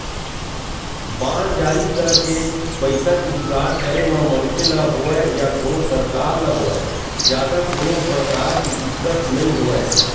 bond जारी करके पइसा के जुगाड़ करे म मनखे ल होवय या कोनो सरकार ल होवय जादा कोनो परकार के दिक्कत नइ होवय